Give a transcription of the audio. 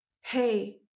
Hey